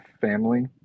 family